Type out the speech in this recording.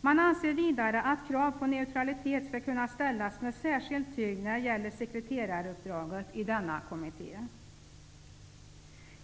Man anser vidare att krav på neutralitet skall kunna ställas med särskild tyngd när det gäller sekreteraruppdraget i denna kommitté.